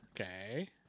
Okay